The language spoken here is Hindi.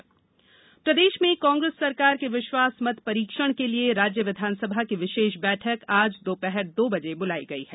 बहुमत परीक्षण प्रदेश में कांग्रेस सरकार के विश्वास मत परीक्षण के लिए राज्य विधानसभा की विशेष बैठक आज दोपहर दो बजे बुलाई गई है